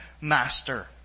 master